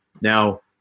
Now